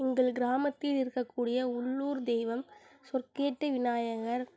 எங்கள் கிராமத்தில் இருக்கக்கூடிய உள்ளுர் தெய்வம் சொற்கேட்டு விநாயகர்